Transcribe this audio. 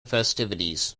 festivities